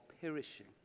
perishing